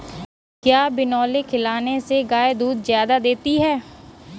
क्या बिनोले खिलाने से गाय दूध ज्यादा देती है?